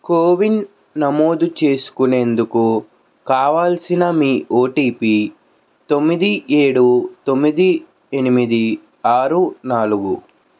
CoWIN నమోదు చేసుకునేందుకు కావలసిన మీ ఓటీపీ తొమ్మిది ఏడు తొమ్మిది ఎనిమిది ఆరు నాలుగు